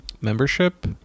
membership